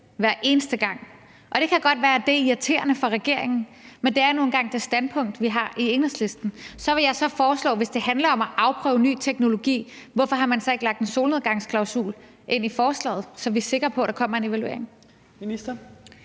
hver eneste gang. Og det kan godt være, at det er irriterende for regeringen, men det er nu engang det standpunkt, vi har i Enhedslisten. Så vil jeg foreslå noget. Hvis det handler om at afprøve ny teknologi, hvorfor har man så ikke lagt en solnedgangsklausul ind i forslaget, så vi er sikre på, at der kommer en evaluering?